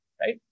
right